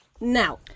now